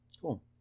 Cool